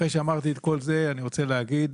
אחרי שאמרתי את כל זה אני רוצה להגיד